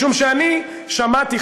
משום שאני שמעתי,